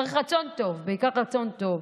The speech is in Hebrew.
צריך רצון טוב, בעיקר רצון טוב.